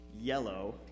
yellow